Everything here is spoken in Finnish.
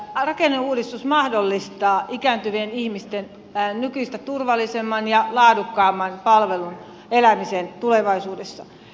rakenneuudistus mahdollistaa ikääntyvien ihmisten nykyistä turvallisemman ja laadukkaamman palvelun elämisen tulevaisuudessa